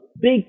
big